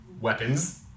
weapons